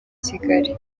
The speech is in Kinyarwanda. kigali